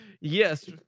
Yes